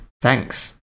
thanks